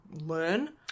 learn